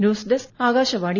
news desk Akashvani